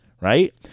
right